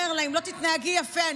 ואומר לה: אם לא תתנהגי יפה,